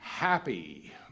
happy